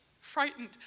frightened